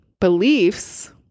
beliefs